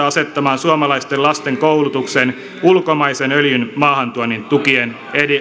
asettamaan suomalaisten lasten koulutuksen ulkomaisen öljyn maahantuonnin tukien